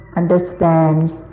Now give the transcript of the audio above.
understands